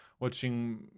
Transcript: Watching